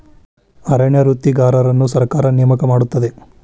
ಅರಣ್ಯ ವೃತ್ತಿಗಾರರನ್ನು ಸರ್ಕಾರ ನೇಮಕ ಮಾಡುತ್ತದೆ